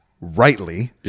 rightly